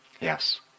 Yes